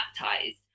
baptized